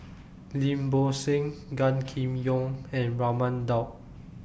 Lim Bo Seng Gan Kim Yong and Raman Daud